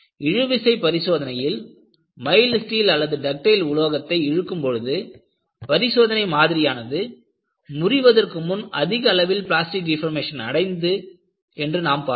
இழுவிசை பரிசோதனையில் mild steel அல்லது டக்டைல் உலோகத்தை இழுக்கும்போது பரிசோதனை மாதிரியானது முறிவதற்கு முன் அதிக அளவில் பிளாஸ்டிக் டெபார்மஷன் அடைந்தது என்று நாம் பார்த்தோம்